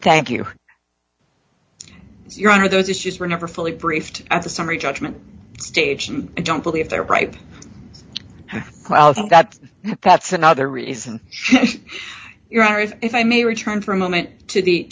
thank you your honor those issues were never fully briefed at the summary judgment stage and i don't believe they're right well think that that's another reason your honor if i may return for a moment to the